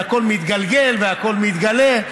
והכול מתגלגל והכול מתגלה,